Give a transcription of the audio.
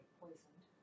poisoned